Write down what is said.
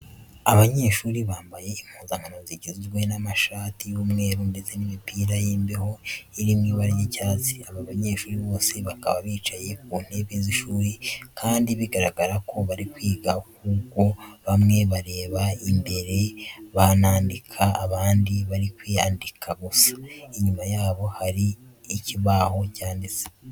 Abanyeshuri bambaye impuzankano zigizwe n'amashati y'umweru ndetse n'imipira y'imbeho iri mu ibara ry'icyatsi. Aba banyeshuri bose bakaba bicaye ku intebe z'ishuri, kandi bigaragara ko bari kwiga kuko bamwe barareba imbere banandika, abandi bari kwandika gusa. Inyuma yabo hari ikibahu cyanditseho.